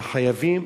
וחייבים